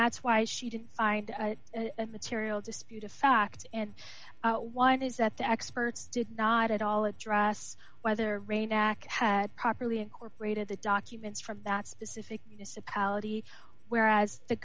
that's why she did it and material disputed fact and why it is that the experts did not at all address whether had properly incorporated the documents from that specific whereas the